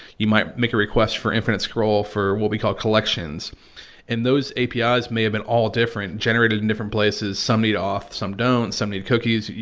you might make a request for infinite scroll for what we call collections and those api's ah may have been all different generated in different places. some need off, some don't. some need cookies,